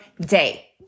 day